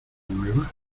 nueva